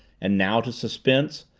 and now to suspense,